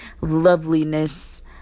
loveliness